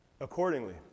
accordingly